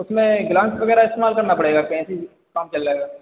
उसमें ग्लैन्स वगैरह इस्तेमाल करना पड़ेगा क्या ऐसे ही काम चल जाएगा